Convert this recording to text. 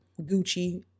Gucci